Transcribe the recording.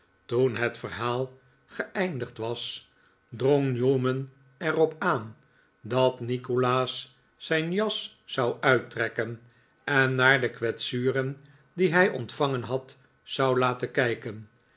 toen het verhaal geeindigd was drong newman er op aan dat nikolaas zijn jas zou uittrekken en naar de kwetsuren die hij ontvangen had zou laten kijken